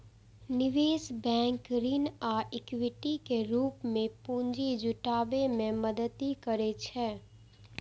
निवेश बैंक ऋण आ इक्विटी के रूप मे पूंजी जुटाबै मे मदति करै छै